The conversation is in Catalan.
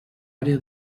àrea